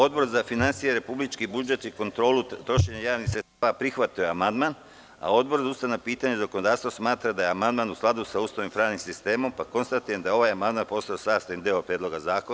Odbor za finansije, republički budžet i kontrolu trošenja javnih sredstava prihvatio je amandman, a Odbor za ustavna pitanja i zakonodavstvo smatra da je amandman u skladu sa Ustavom i pravnim sistemom, pa konstatujem da je amandman postao sastavni deo Predloga zakona.